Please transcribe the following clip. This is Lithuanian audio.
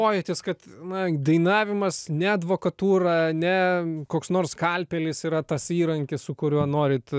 pojūtis kad na dainavimas ne advokatūra ne koks nors skalpelis yra tas įrankis su kuriuo norit